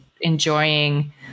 enjoying